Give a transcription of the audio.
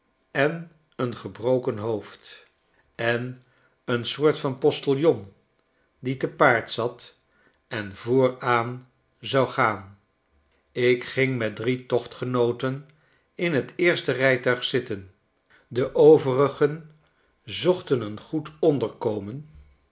en een gebroken hoofd en een soort van postiljon die te paard zat en vooraan zou gaan ik ging met drie tochtgenooten in t eerste rijtuig zitten de overigen zochten een goed onderkomen